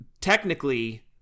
Technically